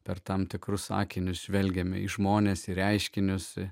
per tam tikrus akinius žvelgiame į žmones reiškinius